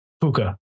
puka